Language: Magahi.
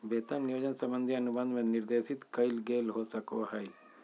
वेतन नियोजन संबंधी अनुबंध में निर्देशित कइल गेल हो सको हइ